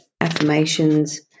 affirmations